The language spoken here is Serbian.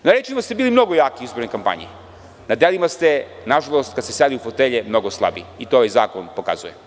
Na rečima ste bili mnogo jaki u izbornoj kampanji, na delima ste nažalost, kada ste seli u fotelje mnogo slabiji i to ovaj zakon pokazuje.